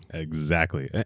exactly.